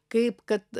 kaip kad